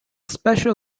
special